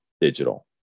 digital